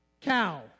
cow